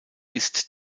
ist